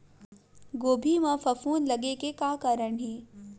गोभी म फफूंद लगे के का कारण हे?